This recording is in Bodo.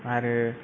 आरो